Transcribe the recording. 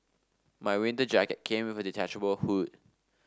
my winter jacket came with a detachable hood